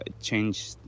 change